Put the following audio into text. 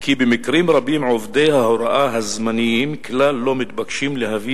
כי במקרים רבים עובדי ההוראה הזמניים כלל לא מתבקשים להביא